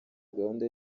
gahunda